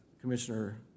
Commissioner